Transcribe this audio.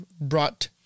brought